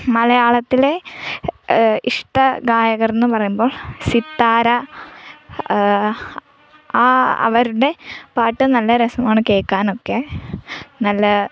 മലയാളത്തിലെ ഇഷ്ട ഗായകരെന്ന് പറയുമ്പോൾ സിത്താര ആ അവരുടെ പാട്ട് നല്ല രസമാണ് കേൾക്കാനൊക്കെ നല്ല